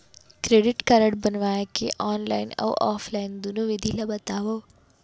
Credit card बनवाए के online अऊ ऑफलाइन दुनो विधि ला बतावव?